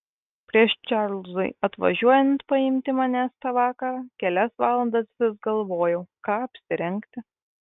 prieš čarlzui atvažiuojant paimti manęs tą vakarą kelias valandas vis galvojau ką apsirengti